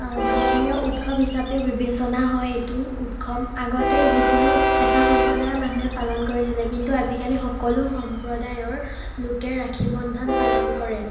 আ ধৰ্মীয় উৎসৱ হিচাপে বিবেচনা হয় এইটো উৎসৱ আগতে যিকোনো এটা সম্প্ৰদায়ৰ মানুহে পালন কৰিছিলে কিন্তু আজিকালি সকলো সম্প্ৰদায়ৰ লোকে ৰাখি বন্ধন পালন কৰে